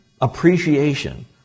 appreciation